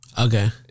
Okay